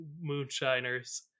moonshiners